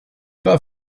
pas